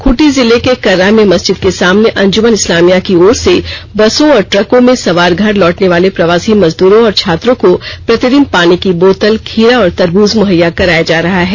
खूंटी जिले के कर्रा में मस्जिद के सामने अंजुमन इस्लाभिया की ओर से बसों और द्रकों में सवार घर लौटने वाले प्रवासी मजदूरों और छात्रों को प्रतिदिन पानी की बोतल खीरा और तरबूज मुहैया कराया जा रहा है